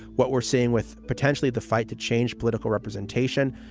what we're seeing with potentially the fight to change political representation.